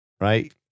Right